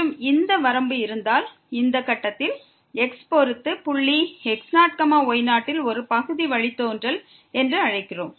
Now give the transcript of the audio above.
மற்றும் இந்த வரம்பு இருந்தால் இந்த கட்டத்தில் x பொறுத்து புள்ளி x0y0 ல் ஒரு பகுதி வழித்தோன்றல் என்று அழைக்கிறோம்